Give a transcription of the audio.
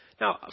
Now